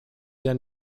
then